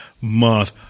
month